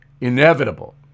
inevitable